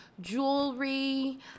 jewelry